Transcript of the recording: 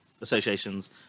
associations